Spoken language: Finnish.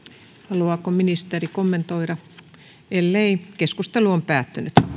haluaako ministeri kommentoida ellei keskustelu on päättynyt